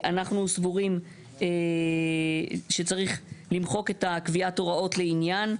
אנחנו סבורים שצריך למחוק את "קביעת ההוראות לעניין",